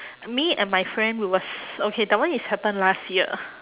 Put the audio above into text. me and my friend we was okay that one is happen last year